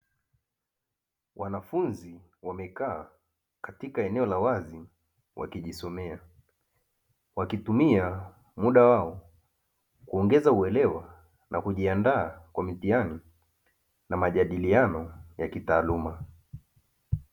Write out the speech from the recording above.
Wanafunzi wamekaa katika eneo la wazi wakijisomea, wakitumia muda wao kuongeza uelewa na kujiandaa kwa mtihani na majadiliano ya kitaaluma.